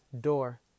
door